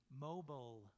mobile